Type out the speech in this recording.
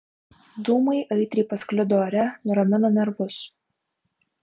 dūmai aitriai pasklido ore nuramino nervus